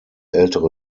ältere